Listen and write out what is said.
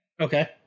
Okay